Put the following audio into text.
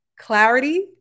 clarity